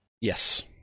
Yes